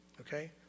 okay